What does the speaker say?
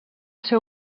ser